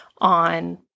on